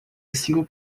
cinco